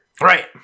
right